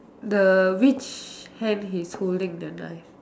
the which hand he's holding the knife